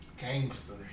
Gangster